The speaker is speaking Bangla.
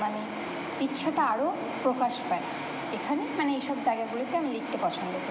মানে ইচ্ছাটা আরো প্রকাশ পায় এখানে মানে এই সব জায়গাগুলোতে আমি লিখতে পছন্দ করি